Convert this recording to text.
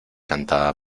cantada